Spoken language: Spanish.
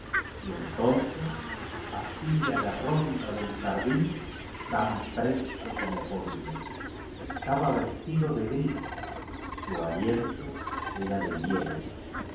y entonces hacía la ronda del jardín tan presto corno podía biblioteca nacional de españa u pharos estaba vestido de gris y su aliento era de hielo